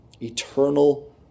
eternal